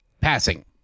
Passing